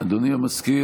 אדוני המזכיר,